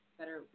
better